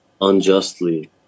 unjustly